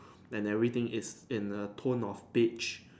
and everything is in a tone of page